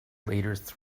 leaders